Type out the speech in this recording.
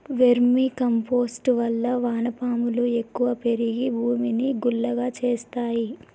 vermi compost వల్ల వాన పాములు ఎక్కువ పెరిగి భూమిని గుల్లగా చేస్తాయి